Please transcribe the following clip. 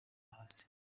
hasi